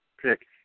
pick